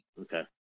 okay